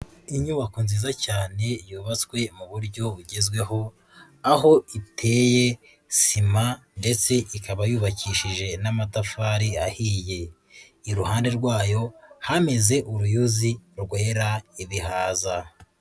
Inyubako nziza cyane yubatswe mu buryo bugezweho, aho iteye sima ndetse ikaba yubakishije n'amatafari ahiye, iruhande rwayo hameze uruyuzi rwera ibihaza.